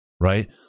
right